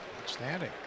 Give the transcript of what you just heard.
outstanding